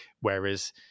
whereas